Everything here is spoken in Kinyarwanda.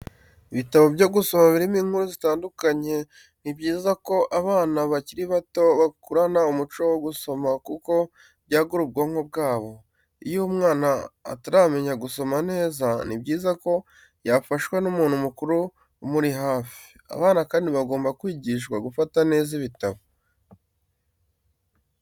Ibitabo byo gusoma birimo inkuru zitandukanye, ni byiza ko abana bakiri bato bakurana umuco wo gusoma kuko byagura ubwonko bwabo, iyo umwana ataramenya gusoma neza, ni byiza ko yafashwa n'umuntu mukuru umuri hafi, abana kandi bagomba kwigishwa gufata neza ibitabo.